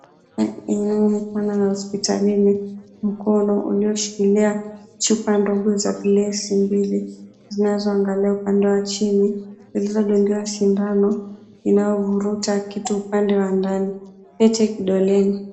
Hospitalini. Mkono ulioshikilia chupa ndogo za glesi mbili zinazoangalia upande wa chini, zilizodungiwa sindano inayovuruta kitu upande wa ndani. Pete kidoleni.